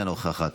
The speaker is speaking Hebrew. אינה נוכחת,